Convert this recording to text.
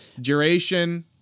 duration